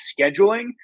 scheduling